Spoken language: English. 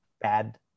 bad